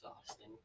exhausting